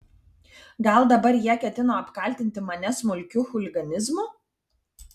gal dabar jie ketino apkaltinti mane smulkiu chuliganizmu